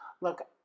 Look